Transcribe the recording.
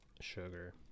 sugar